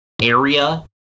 area